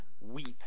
weep